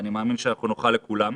ואני מאמין שאנחנו נוכל לכולם,